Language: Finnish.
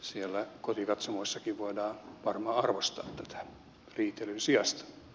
siellä kotikatsomoissakin voidaan varmaan arvostaa tätä riitelyn sijasta